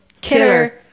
Killer